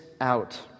out